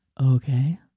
Okay